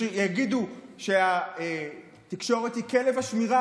שיגידו שהתקשורת היא כלב השמירה,